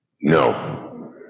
no